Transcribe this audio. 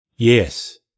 Yes